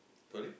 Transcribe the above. sorry